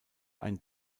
ein